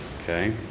okay